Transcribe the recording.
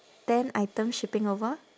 ten items shipping over